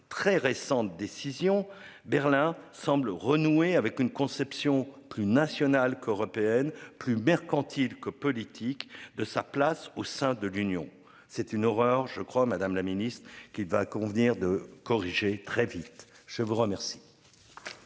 très récente décision Berlin semble renouer avec une conception plus nationale qu'européenne plus mercantile que politique, de sa place au sein de l'Union, c'est une horreur je crois Madame la Ministre qui va convenir de corriger très vite, je vous remercie.